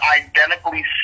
identically